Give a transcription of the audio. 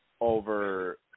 over